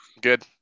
Good